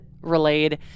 relayed